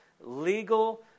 legal